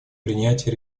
принятие